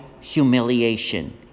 humiliation